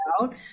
out